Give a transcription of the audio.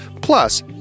Plus